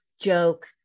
joke